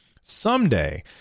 Someday